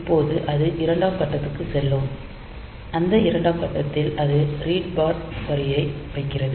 இப்போது அது இரண்டாம் கட்டத்திற்கு செல்லும் அந்த இரண்டாவது கட்டத்தில் அது ரீட் பார் வரியை வைக்கிறது